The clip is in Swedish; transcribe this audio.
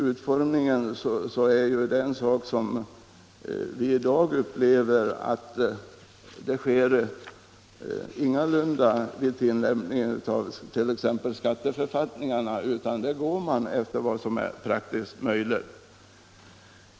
Utformningen sker i dag ingalunda med tillämpning av t.ex. skatteförfattningarna utan man rättar sig efter vad som är praktiskt möjligt.